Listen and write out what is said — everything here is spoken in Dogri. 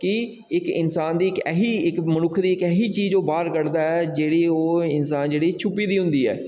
कि इक इन्सान दी इक ऐसी इक मनुक्ख दी इक ऐसी चीज ओह् बाह्र कढदा ऐ जेह्ड़ी ओह् इन्सान च जेह्ढ़ी छुप्पी दी होंदी ऐ